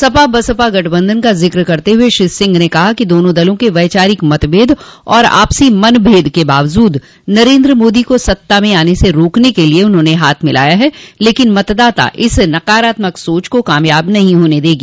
सपा बसपा गठबंधन का ज़िक्र करते हुए श्री सिंह ने कहा कि दोनों दलों ने वैचारिक मतभेद और आपसी मनभेद के बावजूद नरेन्द्र मोदी को सत्ता में आने स रोकने के लिये हाथ मिलाया है लेकिन मतदाता इस नकारात्मक सोच को कामयाब नहीं होने देगी